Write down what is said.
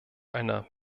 einer